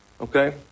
okay